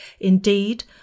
Indeed